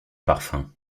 parfum